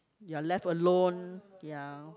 you're left alone ya